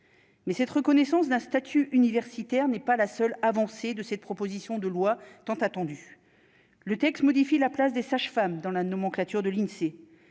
mais cette reconnaissance d'un statut universitaire n'est pas la seule avancée de cette proposition de loi tant attendu, le texte modifie la place des sages-femmes dans la nomenclature de l'Insee,